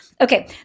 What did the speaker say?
Okay